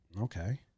Okay